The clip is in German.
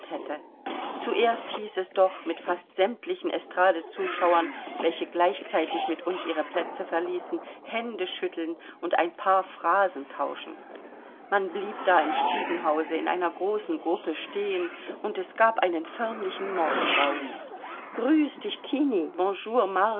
hätte zuerst hieß es noch mit fast sämtlichen estradezuschauern welche gleichzeitig mit uns ihre plätze verließen hände schütteln und ein paar phrasen tauschen man blieb da im stiegenhause in einer großen gruppe stehen und es gab einen förmlichen morgenraout grüß dich